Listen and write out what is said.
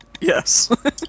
Yes